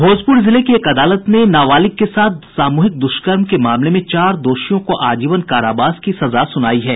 भोजपुर जिले की एक अदालत ने एक नाबालिग के साथ सामूहिक दुष्कर्म के मामले में चार दोषियों को आजीवन कारावास की सजा सुनायी है